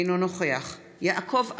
אינו נוכח יעקב אשר,